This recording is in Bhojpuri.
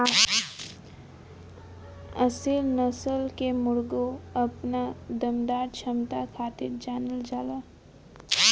असील नस्ल के मुर्गा अपना दमदार क्षमता खातिर जानल जाला